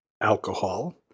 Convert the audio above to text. alcohol